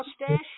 mustache